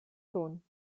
ton